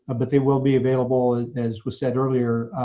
but they will be available, as was said earlier,